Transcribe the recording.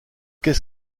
qu’est